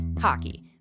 hockey